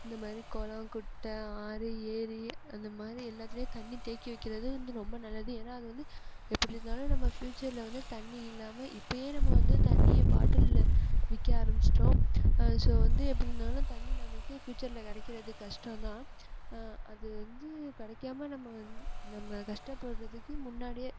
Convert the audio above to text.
இந்த மாதிரி குளம் குட்டை ஆறு ஏரி அந்த மாதிரி எல்லாத்துலேயும் தண்ணி தேக்கி வைக்கிறது வந்து ரொம்ப நல்லது ஏன்னால் அது வந்து எப்படி இருந்தாலும் நம்ம ஃப்யூச்சரில் வந்து தண்ணி இல்லாமல் இப்பயே நம்ம வந்து தண்ணியை பாட்டிலில் விற்க ஆரம்பிச்சுடோம் ஸோ வந்து எப்படிருந்தாலும் தண்ணி நமக்கு ஃப்யூச்சரில் கிடைக்கிறது கஷ்டம்தான் அது வந்து கிடைக்காம நம்ம வந்து நம்ம கஷ்டப்படுகிறதுக்கு முன்னாடியே